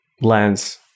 lens